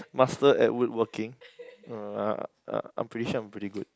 master at woodworking uh I'm pretty sure I'm pretty good